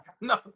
No